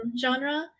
genre